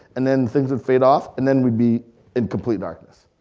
and then things would fade off and then we'd be in complete darkness.